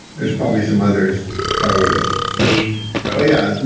there's probably some others if i would ah need oh, yeah,